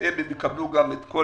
בהתאם לכך הם יקבלו את כל